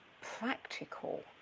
practical